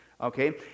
Okay